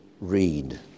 read